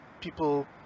people